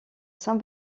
saint